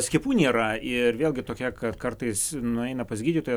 skiepų nėra ir vėlgi tokia kad kartais nueina pas gydytoją